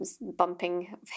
bumping